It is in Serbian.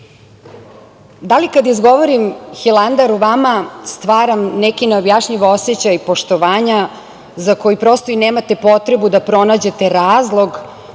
li kad izgovaram - Hilandar, u vama stvaram neki neobjašnjiv osećaj poštovanja za koji prosto i nemate potrebu da pronađete razlog